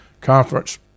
Conference